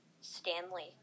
Stanley